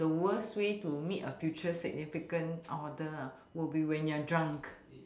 the worst way to meet a future significant other ah will be when you're drunk